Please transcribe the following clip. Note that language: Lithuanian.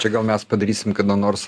čia gal mes padarysim kada nors